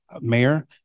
mayor